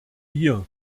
hier